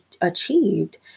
achieved